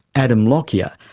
adam lockyer,